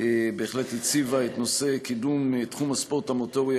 בהחלט הציבה את נושא קידום תחום הספורט המוטורי,